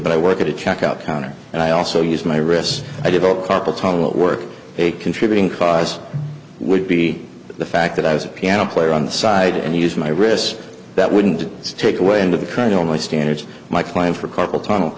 but i work at a checkout counter and i also use my wrists i developed carpal tunnel at work a contributing cause would be the fact that i was a piano player on the side and used my wrist that wouldn't take away into the kernel my standards my claim for carpal tunnel